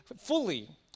fully